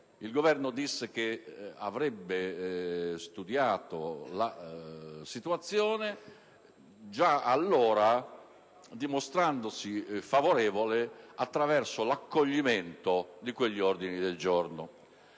Il Governo disse che avrebbe studiato la situazione, dimostrandosi già allora favorevole attraverso l'accoglimento di quegli ordini del giorno.